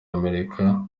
amerika